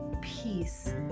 peace